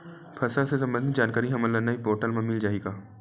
फसल ले सम्बंधित जानकारी हमन ल ई पोर्टल म मिल जाही का?